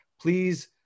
Please